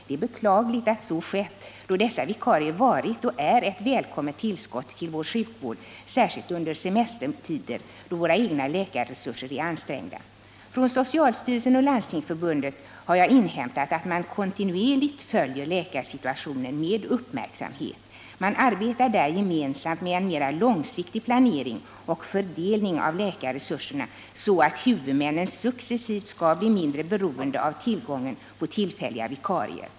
Det är beklagligt att så skett, då dessa vikarier varit och är ett välkommet tillskott till vår sjukvård, särskilt under semestertider då våra egna läkarresurser är ansträngda. Från socialstyrelsen och Landstingsförbundet har jag inhämtat att man kontinuerligt följer läkarsituationen med uppmärksamhet. Man arbetar där gemensamt med en mera långsiktig planering och fördelning av läkarresurserna så att huvudmännen successivt skall bli mindre beroende av tillgången på tillfälliga vikarier.